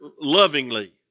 lovingly